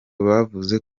bavuze